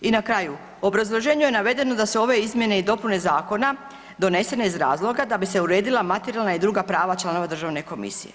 I na kraju, u obrazloženju je navedeno da se ove izmjene i dopune zakona donesene iz razloga da bi se uredila materijalna i druga prava članova Državne komisije.